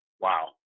Wow